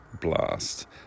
blast